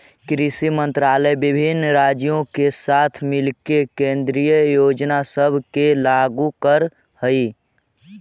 कृषि मंत्रालय विभिन्न राज्यों के साथ मिलके केंद्रीय योजना सब के लागू कर हई